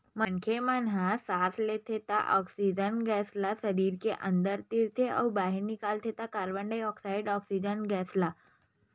मनखे मन ह सांस लेथे त ऑक्सीजन गेस ल सरीर के अंदर तीरथे अउ बाहिर निकालथे त कारबन डाईऑक्साइड ऑक्साइड गेस ल